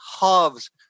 halves